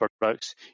products